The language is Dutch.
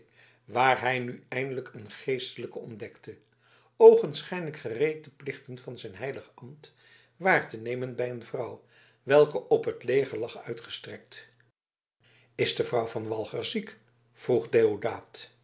waar hij nu eindelijk een geestelijke ontdekte oogenschijnlijk gereed de plichten van zijn heilig ambt waar te nemen bij een vrouw welke op het leger lag uitgestrekt is de vrouw van walger ziek